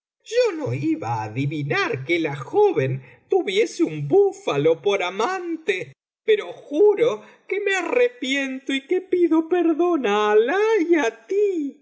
yo no iba á adivinar que la joven tuviese un búfalo por amante pero juro que me arrepiento y que pido perdón á alah y á ti